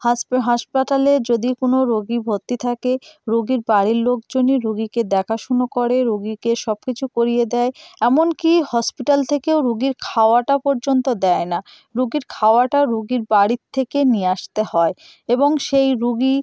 হাসপে হাসপাতালে যদি কোনো রোগী ভত্তি থাকে রোগীর বাড়ির লোকজনই রুগীকে দেখাশুনো করে রুগীকে সব কিছু করিয়ে দেয় এমন কি হসপিটাল থেকেও রুগীর খাওয়াটা পর্যন্ত দেয় না রুগীর খাওয়াটা রুগীর বাড়ির থেকে নিয়ে আসতে হয় এবং সেই রুগী